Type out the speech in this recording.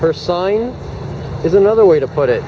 first sign is another way to put it